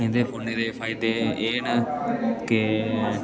इं'दे फोनै दे फायदे एह् न के